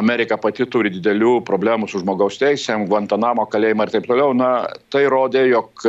amerika pati turi didelių problemų su žmogaus teisėm gvantanamo kalėjimą ir taip toliau na tai rodė jog